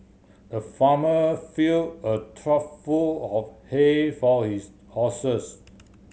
the farmer filled a trough full of hay for his horses